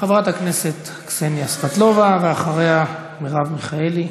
חברת הכנסת קסניה סבטלובה, ואחריה, מרב מיכאלי.